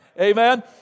Amen